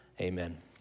Amen